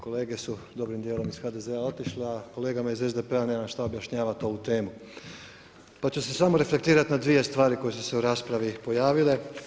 Kolege su, dobrim dijelom, iz HDZ-a otišla, kolegama iz SDP-a nemam šta objašnjavat ovu temu pa ću se samo reflektirat na dvije stvari koje su se u raspravi pojavile.